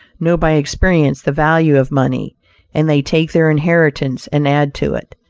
know by experience the value of money and they take their inheritance and add to it.